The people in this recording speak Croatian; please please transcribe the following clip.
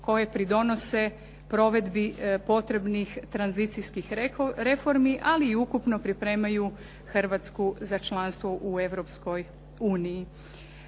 koje pridonose provedbi potrebnih tranzicijskih reformi, ali i ukupno pripremaju Hrvatsku za članstvo u Europskoj uniji.